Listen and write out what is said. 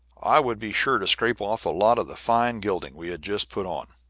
i would be sure to scrape off a lot of the fine gilding we had just put on.